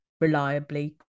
reliably